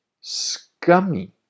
scummy